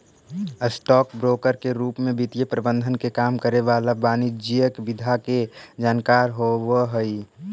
stock broker के रूप में वित्तीय प्रबंधन के काम करे वाला वाणिज्यिक विधा के जानकार होवऽ हइ